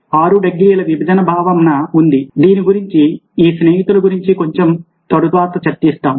ఆరు డిగ్రీల విభజన భావన ఉంది దీని గురించి ఈ స్నేహితుల గురించి కొంచెం తరువాత చర్చిద్దాము